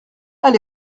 elle